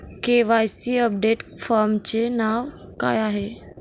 KYC update फॉर्मचे नाव काय आहे?